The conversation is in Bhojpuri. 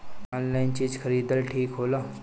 आनलाइन चीज खरीदल ठिक होला?